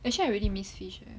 actually I really miss fish